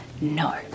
No